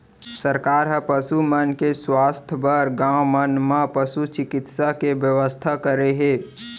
सरकार ह पसु मन के सुवास्थ बर गॉंव मन म पसु चिकित्सा के बेवस्था करे हे